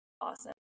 awesome